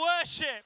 worship